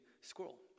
scroll